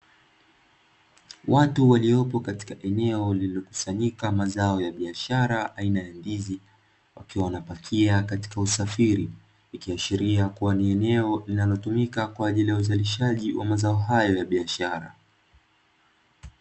Watu waliopo katika eneo lililokusanyika mazao ya biashara aina ya ndizi wakiwa wanapakia katika usafiri, ikiashiria kuwa ni eneo linalotumika kwa ajili ya uzalishaji wa mazao hayo ya biashara.